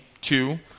two